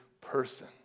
person